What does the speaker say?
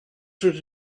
through